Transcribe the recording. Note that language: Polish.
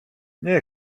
nie